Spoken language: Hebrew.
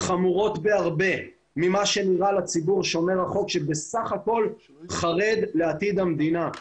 חמורות בהרבה מכפי שנראה לציבור שומר החוק שבסך הכול חרד לעתיד המדינה.